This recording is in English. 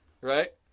Right